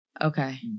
Okay